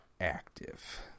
active